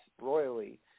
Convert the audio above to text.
royally